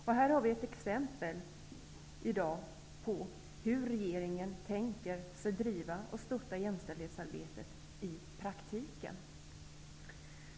Här har vi i dag ett exempel på hur regeringen tänker sig att driva och stötta jämställdhetsarbetet i praktiken.